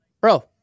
bro